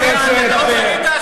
תאפשרו לסגן השר לדבר.